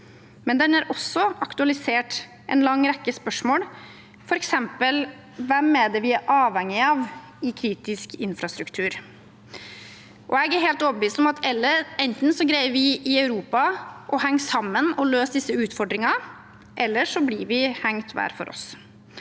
men den har også aktualisert en lang rekke spørsmål, som f.eks.: Hvem er vi avhengige av i kritisk infrastruktur? Jeg er helt overbevist om at enten greier vi i Europa å henge sammen og løse disse utfordringene, eller så blir vi hengt hver for oss.